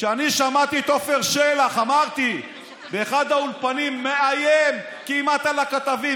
כשאני שמעתי את עפר שלח באחד האולפנים כמעט מאיים על הכתבים,